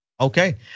Okay